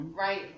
right